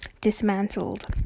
dismantled